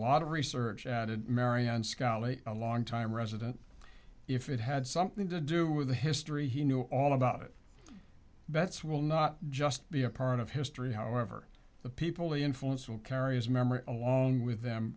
lot of research added marion scalia a long time resident if it had something to do with the history he knew all about it that's really not just be a part of history however the people they influence will carry his memory along with them